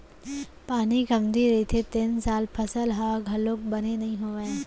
पानी कमती रहिथे तेन साल फसल ह घलोक बने नइ होवय